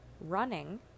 running